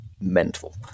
Mental